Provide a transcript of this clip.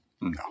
No